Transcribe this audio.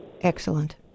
Excellent